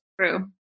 True